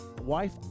wife